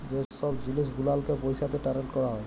যে ছব জিলিস গুলালকে পইসাতে টারেল ক্যরা হ্যয়